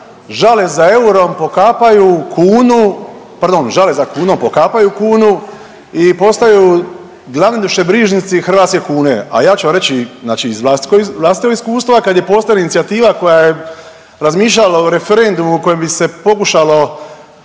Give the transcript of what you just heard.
žale za kunom pokapaju kunu i postaju glavni dušebrižnici hrvatske kune. A ja ću vam reći znači iz vlastitog iskustva kad je postojala inicijativa koja je razmišljala o referendumu u kojem bi se pokušalo